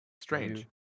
Strange